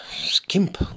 skimp